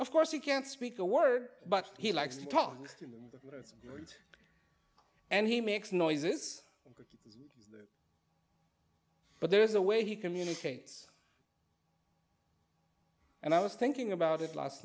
of course you can't speak a word but he likes to talk to me that's good and he makes noises but there's a way he communicates and i was thinking about it last